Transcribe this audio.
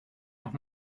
noch